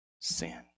sin